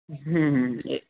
হুম হুম